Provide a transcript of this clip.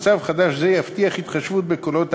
מצב חדש זה יבטיח התחשבות בקולות הערבים,